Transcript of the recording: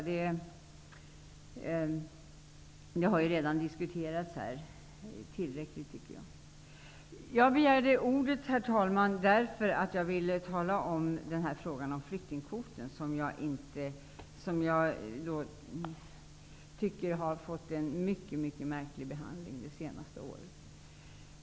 Det har redan diskuterats tillräckligt tycker jag. Herr talman! Jag begärde ordet därför att jag ville tala om frågan om flyktingkvoten. Den, tycker jag, har fått en mycket märklig behandling det senaste året.